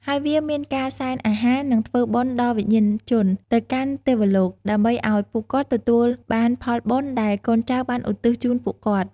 ហើយ វាមានការសែនអាហារ និងធ្វើបុណ្យដល់វិញ្ញាណជន ទៅកាន់ទេវលោក ដើម្បីអោយពួកគាត់ទទួលបានផលបុណ្យដែលកូនចៅបានឧទ្ទិសជូនពួកគាត់។